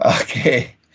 Okay